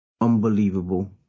Unbelievable